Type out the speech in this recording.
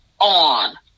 on